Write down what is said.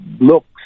looks